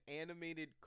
animated